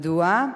מדוע?